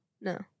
No